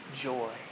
joy